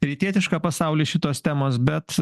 rytietišką pasaulį šitos temos bet